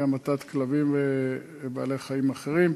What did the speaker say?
מהמתת כלבים ובעלי-חיים אחרים,